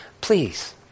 Please